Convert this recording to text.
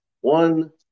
one